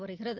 வருகிறது